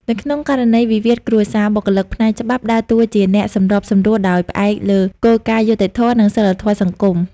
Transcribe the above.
នៅក្នុងករណីវិវាទគ្រួសារ បុគ្គលិកផ្នែកច្បាប់ដើរតួជាអ្នកសម្របសម្រួលដោយផ្អែកលើគោលការណ៍យុត្តិធម៌ និងសីលធម៌សង្គម។